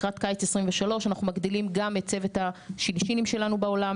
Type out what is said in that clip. לקראת קיץ 2023 אנחנו מגדילים גם את צוות השינשינים שלנו בעולם,